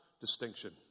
distinction